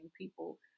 people